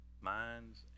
minds